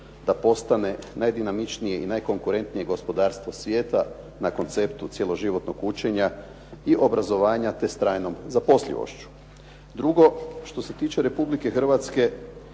da postane najdinamičnije i najkonkurentnije gospodarstvo svijeta na konceptu cijelo životnog učenja i obrazovanja te s trajnom zaposlenošću. Drugo. Što se tiče Republike Hrvatske